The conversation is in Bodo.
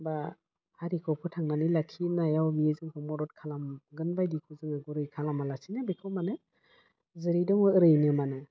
बा हारिखौ फोथांनानै लाखिनायाव बेयो जोंखौ मदद खालामगोन बायदिखौ जोङो गुरै खालामालासिनो बेखौ माने जेरै दङ ओरैनो माने